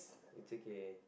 it's okay